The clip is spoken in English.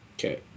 okay